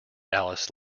alice